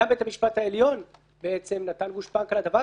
גם בית המשפט העליון נתן גושפנקה לדבר